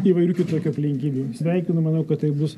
įvairių kitokių aplinkybių sveikinu manau kad tai bus